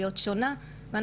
ואת זה אנחנו לא עושים.